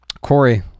Corey